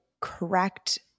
correct